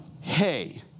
hey